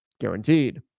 guaranteed